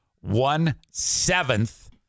one-seventh